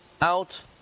out